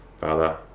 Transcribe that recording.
Father